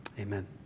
amen